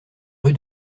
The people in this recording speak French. rue